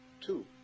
Two